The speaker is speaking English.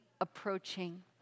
approaching